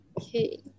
Okay